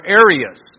areas